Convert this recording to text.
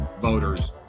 voters